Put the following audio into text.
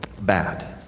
bad